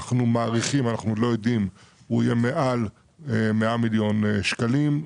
אנחנו מעריכים שהרווח יהיה מעל ל-100 מיליון שקלים.